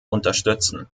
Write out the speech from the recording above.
unterstützen